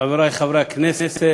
חברי חברי הכנסת,